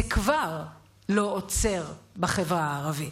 זה כבר לא עוצר בחברה הערבית,